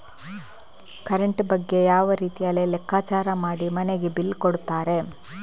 Current ಬಗ್ಗೆ ಯಾವ ರೀತಿಯಲ್ಲಿ ಲೆಕ್ಕಚಾರ ಮಾಡಿ ಮನೆಗೆ ಬಿಲ್ ಕೊಡುತ್ತಾರೆ?